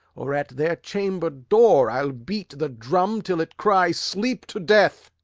or at their chamber door i'll beat the drum till it cry sleep to death.